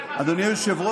אדוני היושב-ראש,